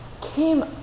came